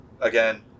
again